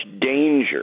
danger